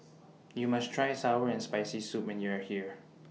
YOU must Try Sour and Spicy Soup when YOU Are here